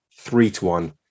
three-to-one